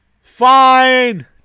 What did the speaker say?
Fine